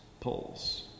pulls